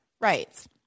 rights